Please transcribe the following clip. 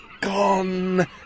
Gone